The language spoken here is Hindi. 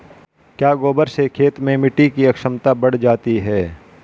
क्या गोबर से खेत में मिटी की क्षमता बढ़ जाती है?